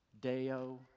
Deo